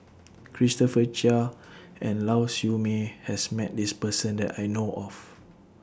Christopher Chia and Lau Siew Mei has Met This Person that I know of